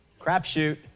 Crapshoot